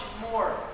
more